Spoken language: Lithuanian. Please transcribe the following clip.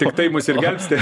tik tai mus ir gelbsti